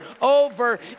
over